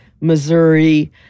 Missouri